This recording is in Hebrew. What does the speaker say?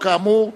אך כאמור,